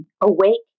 Awake